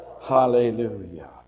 hallelujah